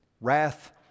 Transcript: wrath